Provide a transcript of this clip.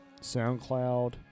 SoundCloud